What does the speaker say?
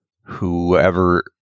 whoever